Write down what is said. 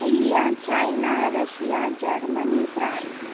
India China Russia Germany France